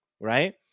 Right